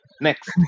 Next